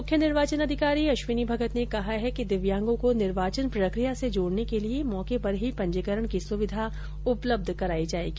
मुख्य निर्वाचन अधिकारी अश्विनी भगत ने कहा कि दिव्यांगों को निर्वाचन प्रक्रिया से जोड़ने के लिए मौके पर ही पंजीकरण की सुविधा उपलब्ध कराई जाएगी